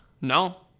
No